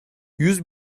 yüz